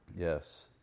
Yes